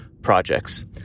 projects